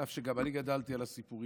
אף שגם אני גדלתי על הסיפורים,